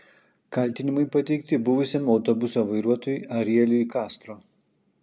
kaltinimai pateikti buvusiam autobuso vairuotojui arieliui kastro